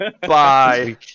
Bye